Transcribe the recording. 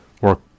work